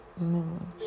moon